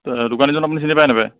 তে দোকানীজন আপুনি চিনি পায় নাপায়